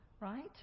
right